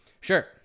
sure